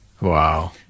Wow